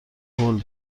هول